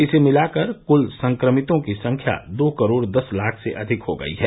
इसे मिलाकर कुल संक्रमितों की संख्या दो करोड़ दस लाख से अधिक हो गई है